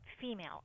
female